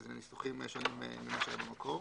שזה ניסוחים שונים מאשר במקור.